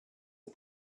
and